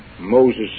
Moses